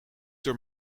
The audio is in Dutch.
door